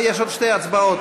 יש עוד שתי הצבעות.